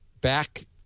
back